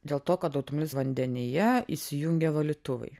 dėl to kad automobilis vandenyje įsijungia valytuvai